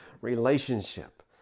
relationship